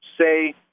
Say